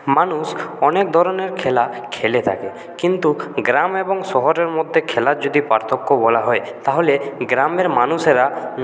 মানুষ অনেক ধরনের খেলা খেলে থাকে কিন্তু গ্রাম এবং শহরের মধ্যে খেলার যদি পার্থক্য বলা হয় তাহলে গ্রামের মানুষেরা